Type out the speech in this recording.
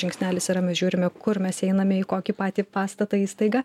žingsnelis yra mes žiūrime kur mes einame į kokį patį pastatą įstaigą